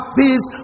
peace